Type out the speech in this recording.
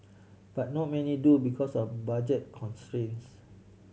but not many do because of budget constraints